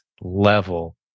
level